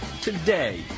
today